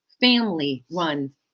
family-run